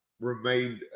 remained